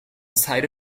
side